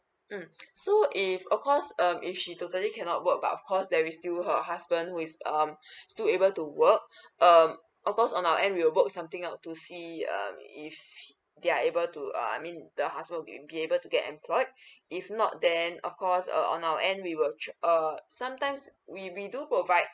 mm so if of course um if she totally cannot work but of cause there is still her husband who is um still able to work um of course at our end we will work something out to see um if they are able to uh I mean the husband will be able to get employed if not then of course uh on our end we will try uh sometimes we we do provide